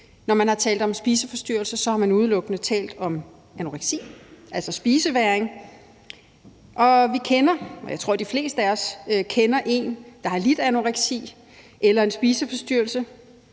Når man har talt om spiseforstyrrelser, har man udelukkende talt om anoreksi, altså spisevægring, og jeg tror, de fleste af os kender en, der har lidt af anoreksi eller en spiseforstyrrelse.